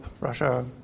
Russia